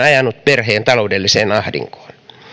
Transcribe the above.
ajanut perheen taloudelliseen ahdinkoon